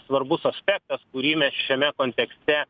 svarbus aspektas kurį mes šiame kontekste